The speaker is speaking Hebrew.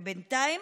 ובינתיים,